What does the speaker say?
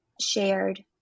shared